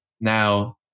Now